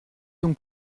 donc